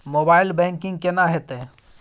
Mobile banking केना हेते?